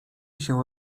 się